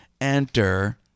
enter